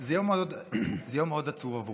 זה יום מאוד עצוב עבורי.